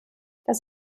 das